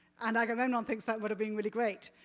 and agamemnon thinks that would have been really great.